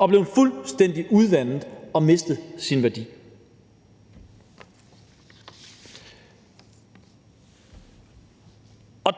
er blevet fuldstændig udvandet og har mistet sin værdi.